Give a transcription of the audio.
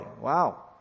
Wow